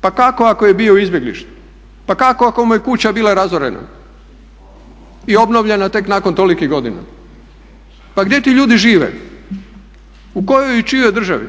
Pa kako ako je bio u izbjeglištu? Pa kako ako mu je kuća bila razorena i obnovljena tek nakon tolikih godina? Pa gdje ti ljudi žive? U kojoj i u čijoj državi?